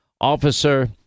officer